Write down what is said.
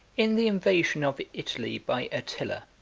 in the invasion of italy by attila,